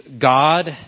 God